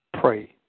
pray